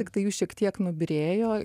tiktai jų šiek tiek nubyrėjo